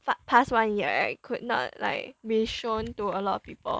but past one year right could not like been shown to a lot of people